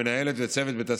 המנהלת וצוות בית הספר.